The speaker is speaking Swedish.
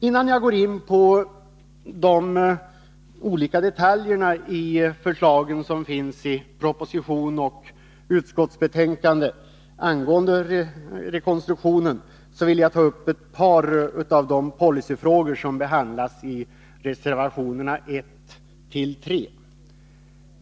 Innan jag går in på de olika detaljerna i de förslag som föreligger i propositionen och utskottsbetänkandet angående rekonstruktionen vill jag ta upp ett par av de policyfrågor som behandlas i reservationerna 1-3.